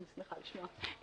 אני שמחה לשמוע.